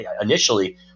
initially